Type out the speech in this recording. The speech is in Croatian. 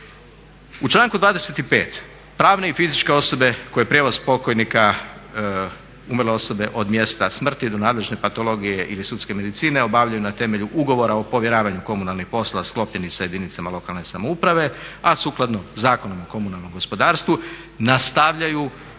U članku 25. pravne i fizičke osobe koje prijevoz pokojnika umrle osobe od mjesta smrti do nadležne patologije ili sudske medicine obavljaju na temelju ugovora o povjeravanju komunalnih poslova sklopljenih sa jedinicama lokalne samouprave, a sukladno Zakonu o komunalnom gospodarstvu nastavljaju